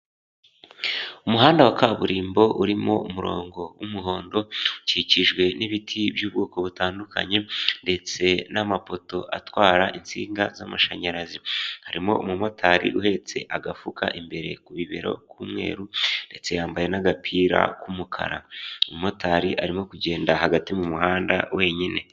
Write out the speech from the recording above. Umuhanda wa kaburimbo urimo umurongo w'umuhondo, ukikijwe n'ibiti by'ubwoko butandukanye ndetse n'amapoto atwara insinga z'amashanyarazi. Harimo umumotari uhetse agafuka imbere ku bibero k'umweru ndetse yambaye n'agapira k'umukara. Umumotari arimo kugenda hagati mu muhanda wenyine.